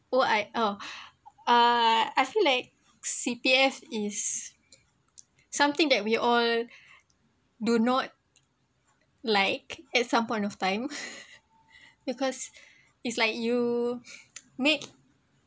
will I oh uh I feel like C_P_F is something that we all do not like at some point of time because is like you make